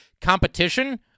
competition